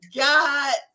god